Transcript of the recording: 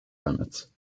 limits